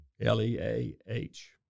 L-E-A-H